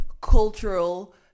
cultural